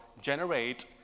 generate